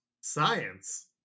Science